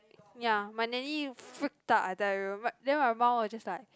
ya my nanny freaked out I tell you but then my mum were just like